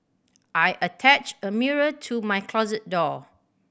I attached a mirror to my closet door